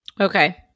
Okay